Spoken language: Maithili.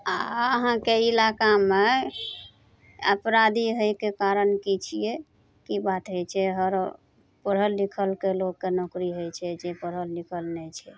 आओर अहाँके इलाकामे अपराधी हइके कारण की छियै की बात होइ छै हर पढ़ल लिखलके लोकके नौकरी होइ छै जे पढ़ल लिखल नहि छै